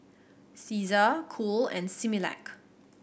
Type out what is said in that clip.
Cesar Cool and Similac